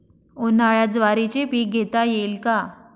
उन्हाळ्यात ज्वारीचे पीक घेता येईल का?